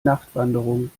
nachtwanderung